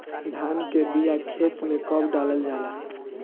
धान के बिया खेत में कब डालल जाला?